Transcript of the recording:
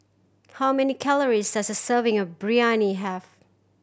how many calories does a serving of Biryani have